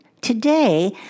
Today